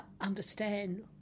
understand